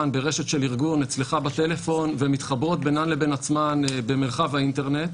ברשת של ארגון אצלך בטלפון ומתחברות בינן לבין עצמן במרחב האינטרנט,